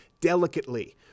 delicately